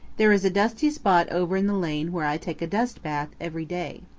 there is a dusty spot over in the lane where i take a dust bath every day.